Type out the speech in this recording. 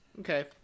Okay